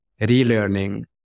relearning